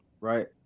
right